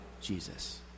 Jesus